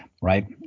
right